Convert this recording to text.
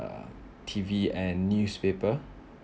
uh T_V and newspaper